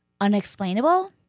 unexplainable